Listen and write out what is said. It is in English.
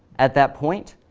at that point,